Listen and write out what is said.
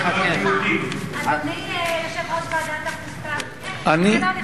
זה לא לכבודך.